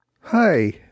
Hi